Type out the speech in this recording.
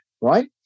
right